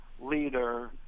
leader